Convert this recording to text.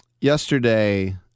Yesterday